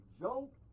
joke